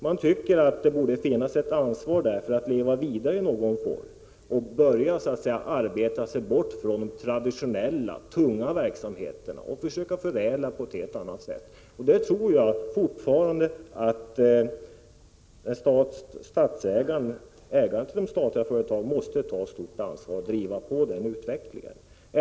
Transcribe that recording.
Man tycker att det borde finnas ett ansvar inom företagen för att leva vidare i någon form samt börja arbeta sig bort från traditionella tunga verksamheter och försöka förädla på ett helt annat sätt. Jag tror fortfarande att ägarna till de statliga företagen måste ta ett stort ansvar och driva på den utvecklingen.